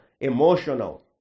emotional